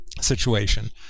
situation